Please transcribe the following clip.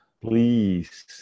please